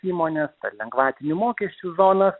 įmones ar lengvatinių mokesčių zona